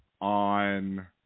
on